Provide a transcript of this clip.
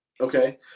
Okay